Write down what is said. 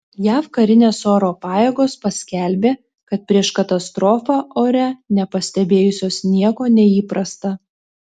jav karinės oro pajėgos paskelbė kad prieš katastrofą ore nepastebėjusios nieko neįprasta